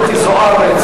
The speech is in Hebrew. הקראתי זוארץ,